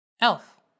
Elf